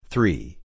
Three